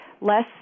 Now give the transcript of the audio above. less